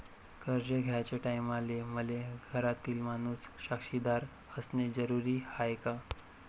कर्ज घ्याचे टायमाले मले घरातील माणूस साक्षीदार असणे जरुरी हाय का?